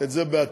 את זה בעתיד.